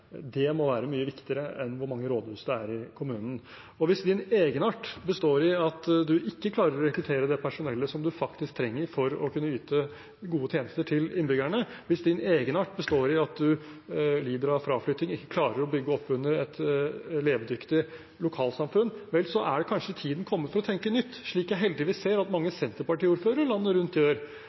i kommunen. Og hvis din egenart består i at du ikke klarer å rekruttere det personellet som du faktisk trenger for å kunne yte gode tjenester til innbyggerne, hvis din egenart består i at du lider av fraflytting og ikke klarer å bygge opp under et levedyktig lokalsamfunn, så er kanskje tiden kommet for å tenke nytt, slik jeg heldigvis ser at mange Senterparti-ordførere landet rundt